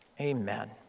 Amen